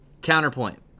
counterpoint